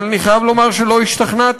אבל אני חייב לומר שלא השתכנעתי,